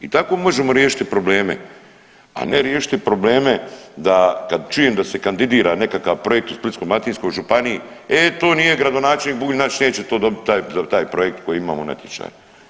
I tako možemo riješiti probleme, a ne riješiti probleme da kad čujem da se kandidira nekakav projekt u Splitsko-dalmatinskoj županiji eee tu nije gradonačelnik Bulj naš neće to dobiti taj projekt koji imamo natječaj.